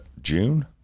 June